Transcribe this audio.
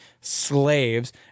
slaves